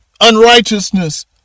unrighteousness